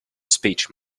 speech